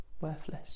worthless